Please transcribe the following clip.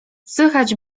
słychać